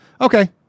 Okay